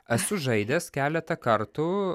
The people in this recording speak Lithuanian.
esu žaidęs keletą kartų